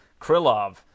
Krilov